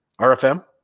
RFM